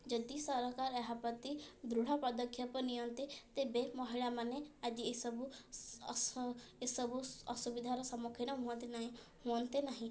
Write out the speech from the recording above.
ଯଦି ସରକାର ଏହା ପ୍ରତି ଦୃଢ଼ ପଦକ୍ଷେପ ନିଅନ୍ତେ ତେବେ ମହିଳାମାନେ ଆଜି ଏସବୁ ଏସବୁ ଅସୁବିଧାର ସମ୍ମୁଖୀନ ହୁଅନ୍ତେ ନାହିଁ ହୁଅନ୍ତେ ନାହିଁ